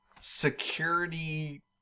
security